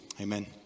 Amen